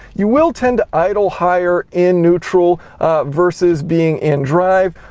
you will tend to idle higher in neutral verses being in drive,